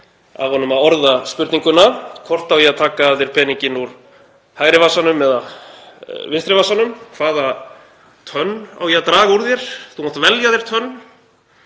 af honum að orða spurninguna. Hvort á ég að taka af þér peninginn úr hægri vasanum eða vinstri vasanum? Hvaða tönn á ég að draga úr þér? Þú mátt velja þér tönn.